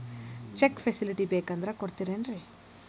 Check facility ಬೇಕಂದ್ರ ಕೊಡ್ತಾರೇನ್ರಿ?